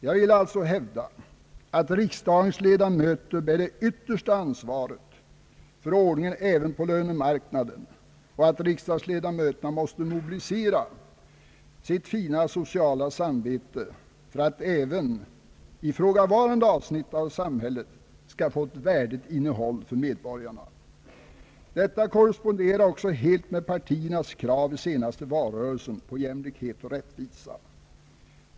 Jag vill alltså hävda att riksdagens ledamöter bär det yttersta ansvaret för ordningen även på lönemarknaden och att riksdagsledamöterna måste mobilisera sitt fina sociala sam vete för att även ifrågavarande avsnitt av samhället skall få ett värdigt innehåll för medborgarna. Detta korresponderar också helt med partiernas krav i den senaste valrörelsen på jämlikhet och rättvisa.